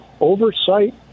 oversight